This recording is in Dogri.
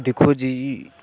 दिक्खो जी